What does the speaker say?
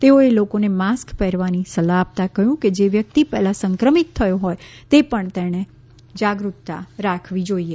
તેઓએ લોકોને માસ્ક પહેરવાની સલાહ આપતા કહ્યું કે જે વ્યક્તિ પહેલાં સંક્રમિત થયો હોય તે પણ તેણે જાગૃતતા રાખવી જોઇએ